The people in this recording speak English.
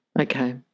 Okay